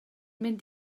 mynd